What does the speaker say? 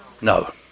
No